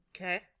Okay